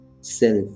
self